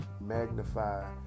magnify